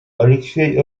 алексей